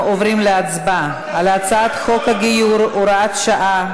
אנחנו עוברים להצבעה על הצעת חוק הגיור (הוראת שעה),